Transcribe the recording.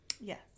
Yes